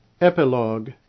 EPILOGUE